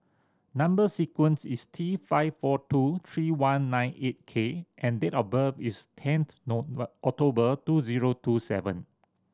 number sequence is T five four two three one nine eight K and date of birth is tenth October two zero two seven